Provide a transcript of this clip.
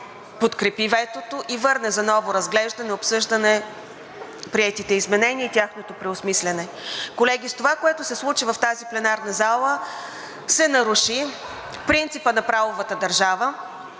подкрепи ветото и върне за ново разглеждане, обсъждане приетите изменения и тяхното преосмисляне. Колеги, с това, което се случи в тази пленарна зала, се наруши принципът на правовата държава